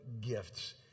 gifts